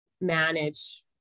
manage